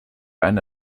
eine